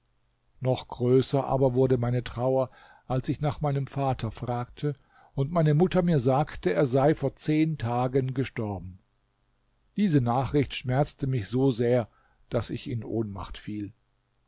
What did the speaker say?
noch größer aber wurde meine trauer als ich nach meinem vater fragte und meine mutter mir sagte er sei vor zehn tagen gestorben diese nachricht schmerzte mich so sehr daß ich in ohnmacht fiel